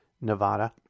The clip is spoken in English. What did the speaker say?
Nevada